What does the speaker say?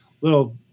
little